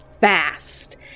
fast